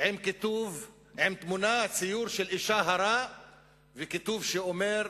עם ציור של אשה הרה וכיתוב שאומר: